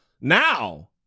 Now